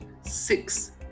six